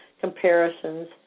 comparisons